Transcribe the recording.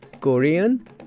Korean